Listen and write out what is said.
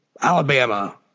Alabama